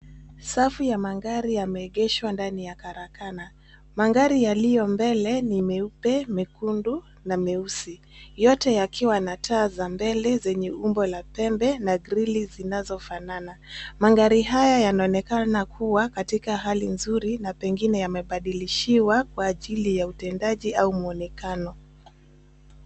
Safu ya magari yameegeshwa ndani ya karakana. Magari yalio mbele ni meupe, mekundu na meusi yote yakiwa na taa za mbele zenye umbo la pembe na grili zinazo fanana. Magari haya yanaonekana kuwa katika hali nzuri na pengine yamebadilishiwa kwa ajili ya utendaji au mwonekano.